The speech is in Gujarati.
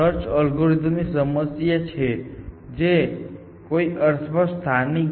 તેથી આ સર્ચ એલ્ગોરિધમની સમસ્યા છે જે કોઈક અર્થમાં સ્થાનિક છે